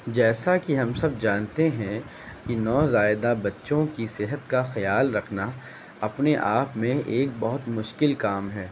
جیسا کہ ہم سب جانتے ہیں کہ نوزائیدہ بچوں کی صحت کا خیال رکھنا اپنے آپ میں ایک بہت مشکل کام ہے